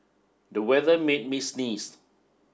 the weather made me sneeze